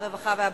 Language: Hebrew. הרווחה והבריאות.